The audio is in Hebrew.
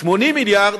80 מיליארד,